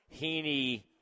Heaney